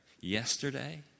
yesterday